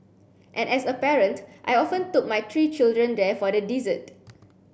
and as a parent I often took my three children there for the dessert